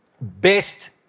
best